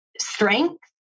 strength